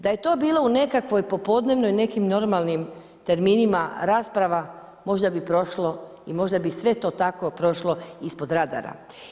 Da je to bilo u nekakvoj popodnevnim, nekim normalnim terminima rasprava, možda bi prošlo i možda bi sve to tako prošlo ispod radara.